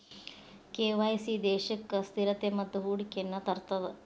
KYC ದೇಶಕ್ಕ ಸ್ಥಿರತೆ ಮತ್ತ ಹೂಡಿಕೆಯನ್ನ ತರ್ತದ